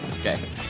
Okay